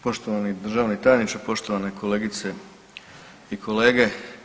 Poštovani državni tajniče, poštovane kolegice i kolege.